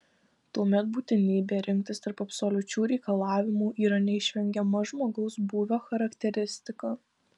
tuomet būtinybė rinktis tarp absoliučių reikalavimų yra neišvengiama žmogaus būvio charakteristika